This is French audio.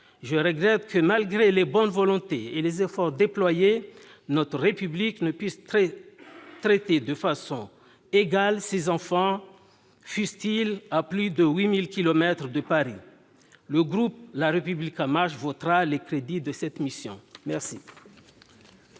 Je regrette que, malgré les bonnes volontés et les efforts déployés, notre République ne puisse traiter de façon égale tous ses enfants, fussent-ils à plus de 8 000 kilomètres de Paris. Le groupe La République En Marche votera les crédits de cette mission. La